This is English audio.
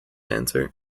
answer